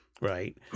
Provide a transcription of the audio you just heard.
right